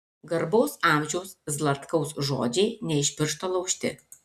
garbaus amžiaus zlatkaus žodžiai ne iš piršto laužti